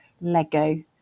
Lego